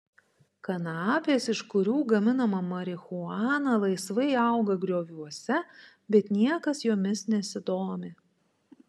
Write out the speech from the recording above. kanapės iš kurių gaminama marihuana laisvai auga grioviuose bet niekas jomis nesidomi